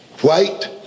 White